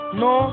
no